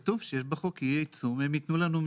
כתוב שיהיה עיצום והם ייתנו לנו מכתב.